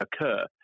occur